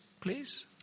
please